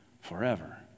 forever